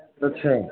अच्छा